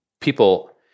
people